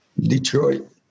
Detroit